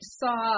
saw